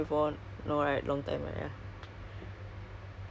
no I don't tak tak ingat pun you ada cakap